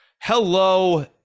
Hello